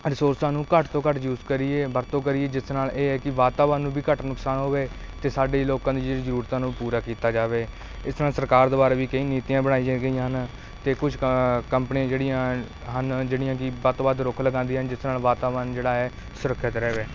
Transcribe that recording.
ਰਿਸੋਰਸਾਂ ਨੂੰ ਘੱਟ ਤੋਂ ਘੱਟ ਯੂਜ ਕਰੀਏ ਵਰਤੋਂ ਕਰੀਏ ਜਿਸ ਨਾਲ ਇਹ ਹੈ ਕਿ ਵਾਤਾਵਰਨ ਨੂੰ ਵੀ ਘੱਟ ਨੁਕਸਾਨ ਹੋਵੇ ਅਤੇ ਸਾਡੇ ਲੋਕਾਂ ਦੀ ਜਿਹੜੀ ਜ਼ਰੂਰਤਾਂ ਨੂੰ ਪੂਰਾ ਕੀਤਾ ਜਾਵੇ ਇਸ ਤਰ੍ਹਾਂ ਸਰਕਾਰ ਦੁਆਰਾ ਵੀ ਕਈ ਨੀਤੀਆਂ ਬਣਾਈਆਂ ਜ ਗਈਆਂ ਹਨ ਅਤੇ ਕੁਝ ਕੰ ਕੰਪਨੀਆਂ ਜਿਹੜੀਆਂ ਹਨ ਜਿਹੜੀਆਂ ਕਿ ਵੱਧ ਤੋਂ ਵੱਧ ਰੁੱਖ ਲਗਾਉਂਦੀਆਂ ਹਨ ਜਿਸ ਨਾਲ ਵਾਤਾਵਰਨ ਜਿਹੜਾ ਹੈ ਸੁਰੱਖਿਅਤ ਰਹੇ